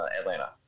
Atlanta